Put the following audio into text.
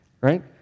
right